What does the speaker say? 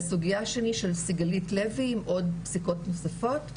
והסוגייה השנייה של סיגלית לוי עם עוד פסיקות נוספות,